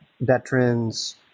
veterans